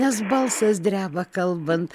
nes balsas dreba kalbant